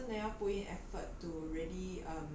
很像我们以前读书这样